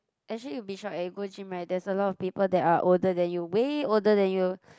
actually you'll be shock eh you go gym right there's a lot of people that are older than you way older than you